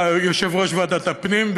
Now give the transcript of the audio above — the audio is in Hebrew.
יושב-ראש ועדת הפנים,